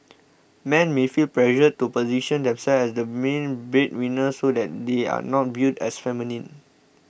men may feel pressured to position themselves as the main breadwinner so that they are not viewed as feminine